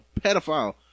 Pedophile